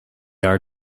are